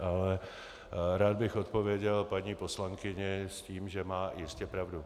Ale rád bych odpověděl paní poslankyni s tím, že má jistě pravdu.